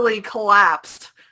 collapsed